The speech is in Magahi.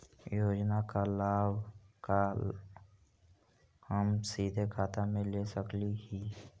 योजना का लाभ का हम सीधे खाता में ले सकली ही?